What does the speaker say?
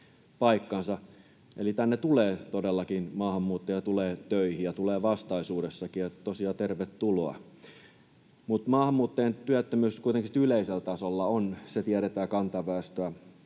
tänne tulee todellakin maahanmuuttajia töihin ja tulee vastaisuudessakin, ja tosiaan, tervetuloa. Mutta maahanmuuttajien työttömyys kuitenkin yleisellä tasolla on, se tiedetään, kantaväestöä